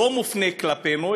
לא מופנה כלפינו,